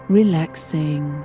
relaxing